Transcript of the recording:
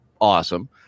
Awesome